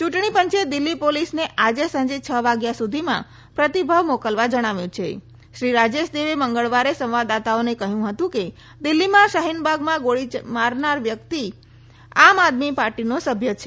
ચૂટણી પંચે દિલ્હી પોલીસને આજે સાંજે છ વાગ્યા સુધીમાં પ્રતિભાવ મોકલવા જણાવ્યું છે શ્રી રાજેશ દેવે મંગળવારે સંવાદદાતાઓમાં કહ્યું હતું કે દિલ્હી માં શાહીનબાગમાં ગોળી મારનાર વ્યકિત આમઆદમી પાર્ટીનો સભ્ય છે